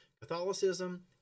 Catholicism